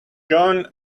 john